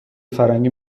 فرنگی